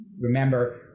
remember